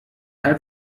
hat